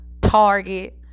target